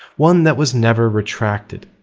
one that was never retracted.